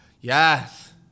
Yes